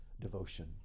devotion